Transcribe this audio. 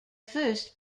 first